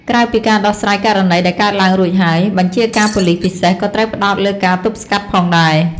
ក្រៅពីការដោះស្រាយករណីដែលកើតឡើងរួចហើយ បញ្ជាការប៉ូលិសពិសេសក៏ត្រូវផ្តោតលើការទប់ស្កាត់ផងដែរ។